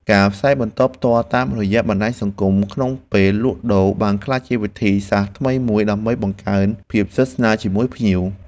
ការផ្សាយបន្តផ្ទាល់តាមរយៈបណ្ដាញសង្គមក្នុងពេលលក់ដូរបានក្លាយជាវិធីសាស្ត្រថ្មីមួយដើម្បីបង្កើនភាពស្និទ្ធស្នាលជាមួយភ្ញៀវ។